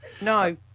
no